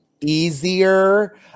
easier